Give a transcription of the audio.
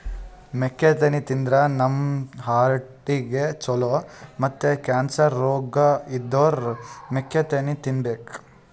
ಮೆಕ್ಕಿತೆನಿ ತಿಂದ್ರ್ ನಮ್ ಹಾರ್ಟಿಗ್ ಛಲೋ ಮತ್ತ್ ಕ್ಯಾನ್ಸರ್ ರೋಗ್ ಇದ್ದೋರ್ ಮೆಕ್ಕಿತೆನಿ ತಿನ್ಬೇಕ್